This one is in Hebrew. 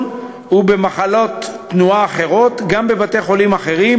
ובמחלות תנועה אחרות בבתי-חולים אחרים,